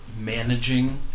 managing